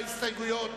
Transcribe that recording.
ההסתייגויות